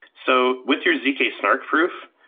so with your zk-snark proof,